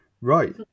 Right